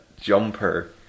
Jumper